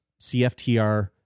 CFTR